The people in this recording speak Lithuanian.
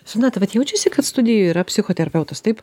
žinot vat jaučiasi kad studijoj yra psichoterapeutas taip